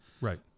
right